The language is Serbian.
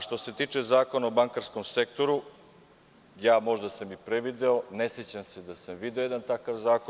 Što se tiče zakona o bankarskom sektoru, možda sam prevideo, ne sećam se da sam video jedan takav zakon.